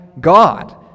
God